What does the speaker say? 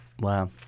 Wow